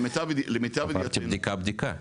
למיטב ידיעתי --- עברתי בדיקה-בדיקה.